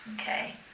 Okay